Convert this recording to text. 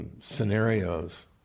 scenarios